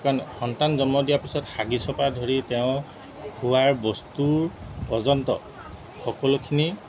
কাৰণ সন্তান জন্ম দিয়াৰ পিছত হাগিছৰপৰা ধৰি তেওঁ খোৱাৰ বস্তুৰ পৰ্যন্ত সকলোখিনি